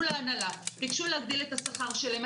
להנהלה וביקשו להגדיל את השכר שלהן.